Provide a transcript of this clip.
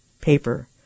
paper